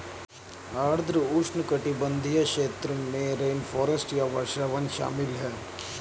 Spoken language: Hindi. आर्द्र उष्णकटिबंधीय क्षेत्र में रेनफॉरेस्ट या वर्षावन शामिल हैं